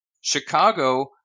Chicago